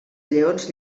lleons